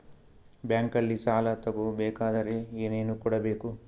ಬ್ಯಾಂಕಲ್ಲಿ ಸಾಲ ತಗೋ ಬೇಕಾದರೆ ಏನೇನು ಕೊಡಬೇಕು?